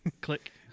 Click